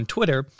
Twitter